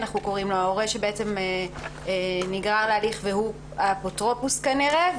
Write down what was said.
ההורה שנגרר להליך והוא האפוטרופוס כנראה,